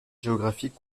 géographique